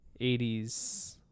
80s